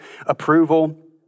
approval